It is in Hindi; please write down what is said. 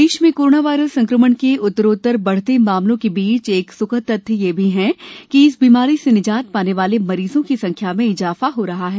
कोरोना देश देश में कोरोना वायरस संक्रमण के उत्तरोत्तर बढ़ते मामलों के बीच एक स्खद तथ्य यह भी है कि इस बीमारी से निजात पाने वाले मरीजों की संख्या में इजाफा हो रहा है